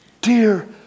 dear